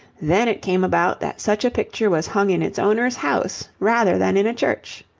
then it came about that such a picture was hung in its owner's house rather than in a church.